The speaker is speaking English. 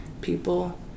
people